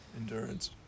endurance